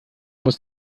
muss